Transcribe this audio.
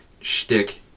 shtick